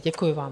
Děkuji vám.